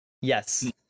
Yes